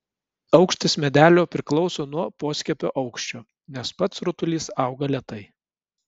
aukštis medelio priklauso nuo poskiepio aukščio nes pats rutulys auga lėtai